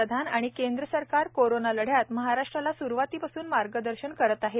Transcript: प्रधानमंत्री आणि केंद्र सरकार कोरोना लढ्यात महाराष्ट्राला स्रुवातीपासून मार्गदर्शन करत आहेत